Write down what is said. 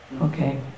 Okay